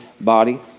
body